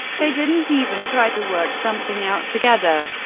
they didn't even try to work something out together.